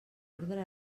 ordre